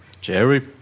Jerry